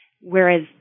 Whereas